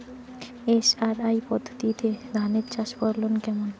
SRI পদ্ধতি ধান চাষের ফলন কেমন?